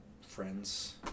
friends